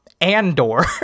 andor